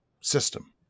system